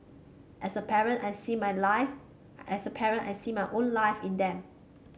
as a parent I see my life as a parent I see my own life in them